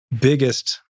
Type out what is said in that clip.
biggest